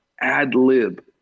ad-lib